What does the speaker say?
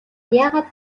яагаад